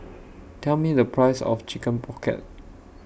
Tell Me The Price of Chicken Pocket